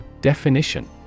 Definition